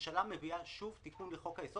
והממשלה מביאה שוב תיקון לחוק היסוד